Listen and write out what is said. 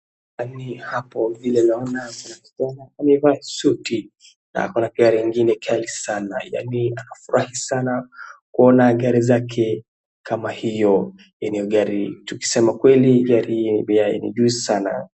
Yaani hapo vile naona ni kijana amevaa suti na ako na gari ingine kali sana, yaani anafurahi sana kuona gari zake kama hiyo yaani gari tukisema kweli gari hiyo ni ya juu sana.